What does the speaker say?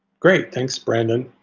great. thanks, brandon.